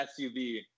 SUV